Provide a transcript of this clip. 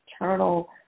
Internal